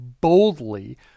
boldly